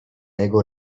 jego